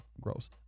Gross